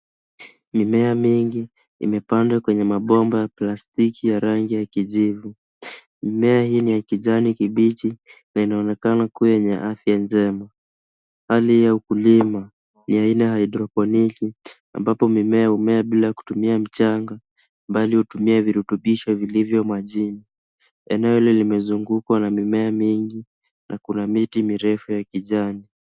Mimea mingi imepandwa kwenye mabomba ya plastiki ya rangi ya kijivu, mimea hii ni ya kijani kibichi na inaonekana kuwa yenye afya njema. Hali ya ukulima ni aina ya haidroponiki ambapo mimea humea bila kutumia mchanga, bali hutumia virutubisho vilivyo majini. Eneo hili limezungukwa na mimea mingi na kuna miti mirefu ya kijani.